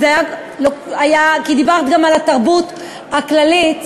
כי דיברת גם על התרבות הכללית,